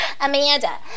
Amanda